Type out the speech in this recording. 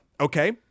okay